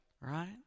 right